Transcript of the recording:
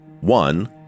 One